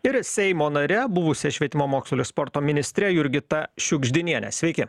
ir seimo nare buvusia švietimo mokslo ir sporto ministre jurgita šiugždiniene sveiki